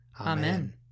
Amen